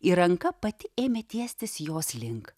ir ranka pati ėmė tiestis jos link